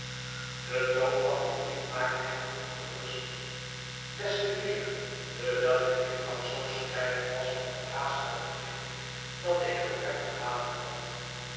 gebed toon van dien brief maakte hem ongerust des te meer dewijl de inhoud zoo strijdig was methet haastige brief je dat ik voor hem gelaten had